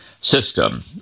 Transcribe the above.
system